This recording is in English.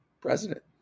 president